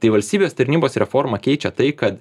tai valstybės tarnybos reforma keičia tai kad